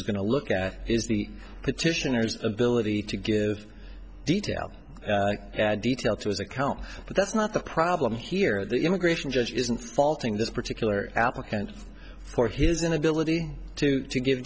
is going to look at is the petitioners ability to give detail and detail to his account but that's not the problem here the immigration judge isn't faulting this particular applicant for his inability to give